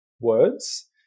words